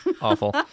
Awful